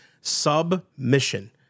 Submission